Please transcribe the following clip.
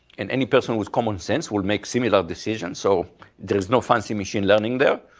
and any person with common sense will make similar decisions. so there's no fancy machine learning there.